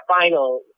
final